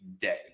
day